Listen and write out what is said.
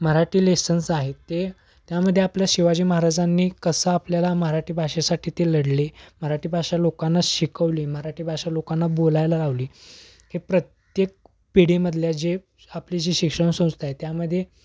Marathi lessons आहेत ते त्यामध्ये आपल्या शिवाजी महाराजांनी कसा आपल्याला मराठी भाषेसाठी ते लढले मराठी भाषा लोकांना शिकवली मराठी भाषा लोकांना बोलायला लावली हे प्रत्येक पिढीमधल्या जे आपली जे शिक्षण संस्था आहे त्यामध्ये